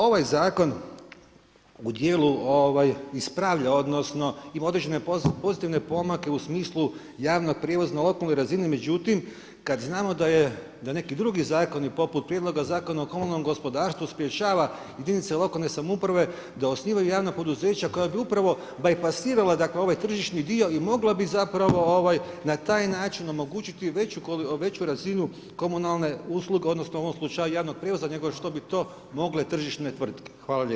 Ovaj zakon u dijelu ispravlja odnosno ima određene pozitivne pomake u smislu javnog prijevoza na okolnoj razini, međutim kada znamo da je da neki drugi zakoni poput Prijedloga zakona o komunalnom gospodarstvu sprečava jedinica lokalne samouprave da osnivaju javna poduzeća koja bi upravo bajpasirala ovaj tržišni dio i mogla bi na taj način omogućiti veću razinu komunalne usluge odnosno u ovom slučaju javnog prijevoza nego što bi to mogle tržišne tvrtke.